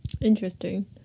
Interesting